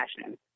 passion